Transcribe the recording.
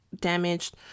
damaged